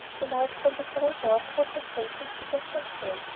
the light from the hall-door caught her face and figure just then,